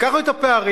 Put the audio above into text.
לקחנו את הפערים,